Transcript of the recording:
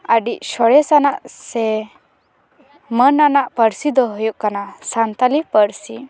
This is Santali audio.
ᱟᱹᱰᱤ ᱥᱚᱨᱮᱥ ᱟᱱᱟᱜ ᱥᱮ ᱢᱟᱹᱱ ᱟᱱᱟᱜ ᱯᱟᱹᱨᱥᱤ ᱫᱚ ᱦᱩᱭᱩᱜ ᱠᱟᱱᱟ ᱥᱟᱱᱛᱟᱞᱤ ᱯᱟᱹᱨᱥᱤ